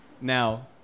Now